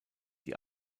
die